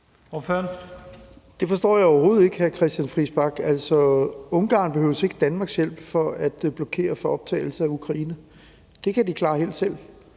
Det forstår jeg overhovedet ikke, hr. Christian Friis Bach. Ungarn behøver ikke Danmarks hjælp for at blokere for optagelse af Ukraine, det kan de klare helt selv,